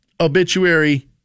obituary